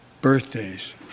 Birthdays